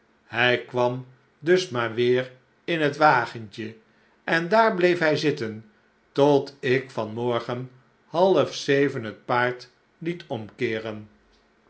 hij kwam dus maar weer in het wagentje en daar bleef hij zitten tot ik van morgen half zeven het paard liet omkeeren